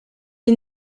est